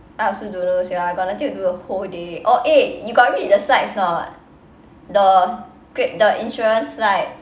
I also don't know sia I got nothing to do the whole day oh eh you got read the slides or not the great the insurance slides